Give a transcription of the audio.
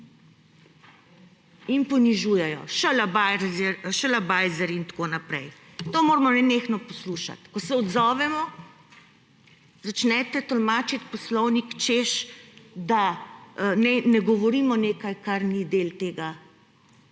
in ponižujejo. Šalabajzerji in tako naprej. To moramo nenehno poslušati. Ko se odzovemo, začnete tolmačiti poslovnik, češ da naj ne govorimo nečesa, kar ni del te